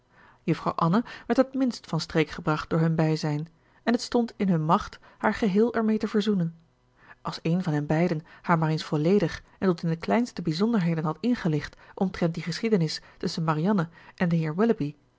juffrouw anne werd het minst van streek gebracht door hun bijzijn en het stond in hun macht haar geheel ermee te verzoenen als een van hen beiden haar maar eens volledig en tot in de kleinste bijzonderheden had ingelicht omtrent die geschiedenis tusschen marianne en den